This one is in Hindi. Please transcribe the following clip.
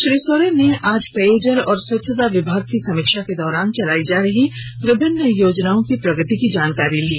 श्री सोरेन ने आज पेयजल और स्वच्छता विभाग की समीक्षा के दौरान चलाई जा रही विभिन्न योजनाओं के प्रगति की जानकारी ली